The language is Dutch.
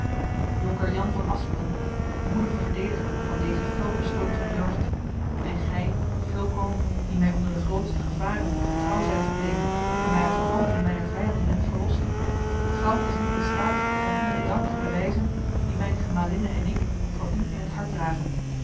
jonker jan van asperen moedige verdediger van dezen fel bestookten burcht en gij fulco die mij onder de grootste gevaren getrouw zijt gebleven en mij uit de handen mijner vijanden hebt verlost goud is niet in staat om u den dank te bewijzen dien mijne gemalinne en ik voor u in het hart dragen